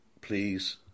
please